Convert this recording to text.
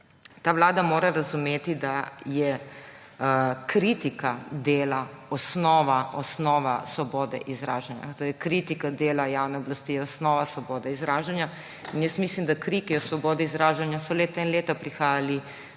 Ta vlada mora razumeti, da je kritika dela osnova osnova svobode izražanja. Torej, kritika dela javne oblasti je osnova svobode izražanja in jaz mislim, da so kriki o svobodi izražanja leta in leta prihajali